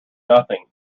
nothing